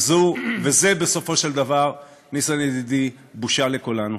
וזה, בסופו של דבר, ניסן ידידי, בושה לכולנו.